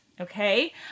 okay